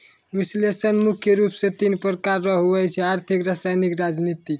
विश्लेषण मुख्य रूप से तीन प्रकार रो हुवै छै आर्थिक रसायनिक राजनीतिक